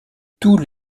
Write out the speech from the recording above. tous